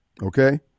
Okay